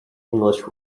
english